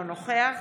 אינו נוכח